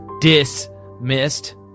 dismissed